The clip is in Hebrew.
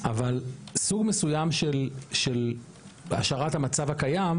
אבל סוג מסוים של השארת המצב הקיים,